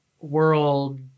world